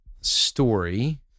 story